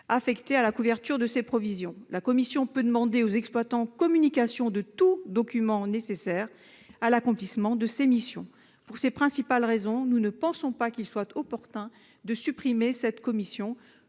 affectés à la couverture de ces provisions. La CNEF peut demander aux exploitants communication de tous documents nécessaires à l'accomplissement de ses missions. Pour ces raisons, nous ne pensons pas qu'il soit opportun de supprimer cette commission,